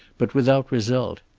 but without result.